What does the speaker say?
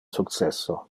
successo